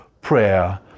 prayer